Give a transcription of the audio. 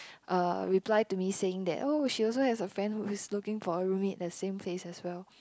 uh reply to me saying that oh she also has a friend who is looking for a room mate the same place as well